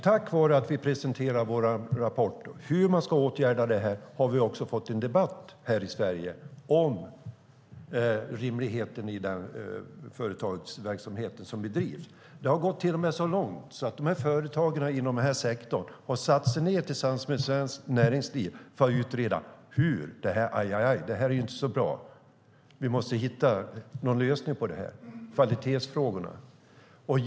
Tack vare att vi presenterar vår rapport om hur man ska åtgärda detta har vi fått till stånd en debatt här i Sverige om rimligheten i den företagsverksamhet som bedrivs. Det har till och med gått så långt att företagen inom den här sektorn har satt sig ned tillsammans med Svenskt Näringsliv för att utreda detta: Ajajaj, det här är inte så bra - vi måste hitta någon lösning på kvalitetsfrågorna!